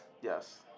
Yes